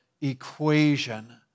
equation